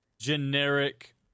generic